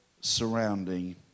surrounding